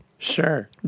Sure